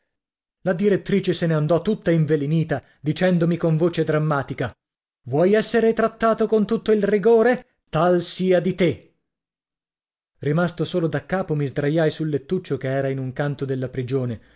la direttrice se ne andò tutta invelenita dicendomi con voce drammatica vuoi essere trattato con tutto il rigore tal sia di te rimasto solo daccapo mi sdraiai sul lettuccio che era in un canto della prigione